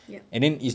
yup